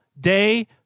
Day